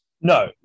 No